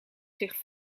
zich